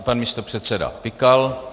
Pan místopředseda Pikal.